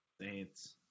Saints